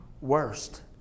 worst